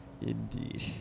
Indeed